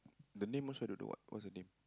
the name also don't know what what's her name